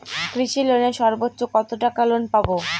কৃষি লোনে সর্বোচ্চ কত টাকা লোন পাবো?